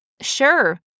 sure